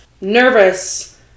nervous